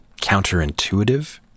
counterintuitive